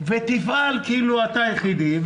ותפעל כאילו אתה היחידי.